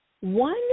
One